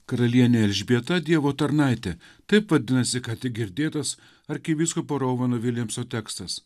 karalienė elžbieta dievo tarnaitė taip vadinasi ką tik girdėtas arkivyskupo rovano viljamso tekstas